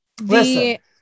listen